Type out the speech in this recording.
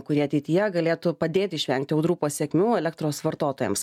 kurie ateityje galėtų padėti išvengti audrų pasekmių elektros vartotojams